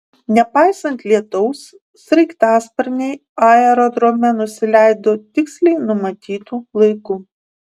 nepaisant lietaus sraigtasparniai aerodrome nusileido tiksliai numatytu laiku